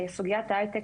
סוגית ההיי טק,